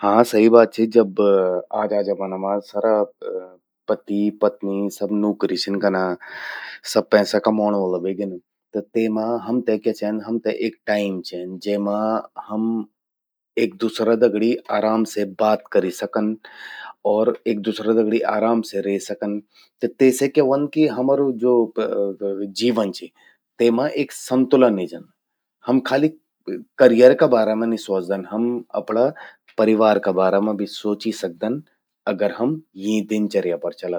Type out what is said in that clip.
हां सही बात चि जब आजा जमाना मां सरा पति पत्नी सब नौकरि छिन कना। सब पैसा कमौण वला व्हेगिन। त तेमा हमते क्या चेंद, हमते एक टाइम चेंद, जेमा हम एक दूसरा दगड़ि आराम से बात करि सकन। और एक दूसरा दगड़ि आराम से रे सकन। त तेसे क्या व्हंद हमरु ज्वो जीवन चि। तेमा एक संतुलन ए जंद। हम खालि करियर का बारा मां नि स्वोचदन। हम अपणा परिवार का बारा मां भि स्वोचि सकदन। अगर हम यीं दिनचर्या पर चला त।